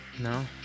no